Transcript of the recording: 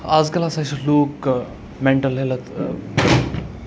آز کَل ہسا چھِ لُکھ مینٹل ہیٚلٕتھ مینٹل ہیٚلٕتھ